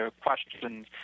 questions